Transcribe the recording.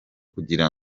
kugira